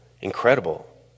incredible